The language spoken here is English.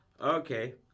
Okay